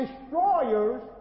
destroyers